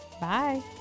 bye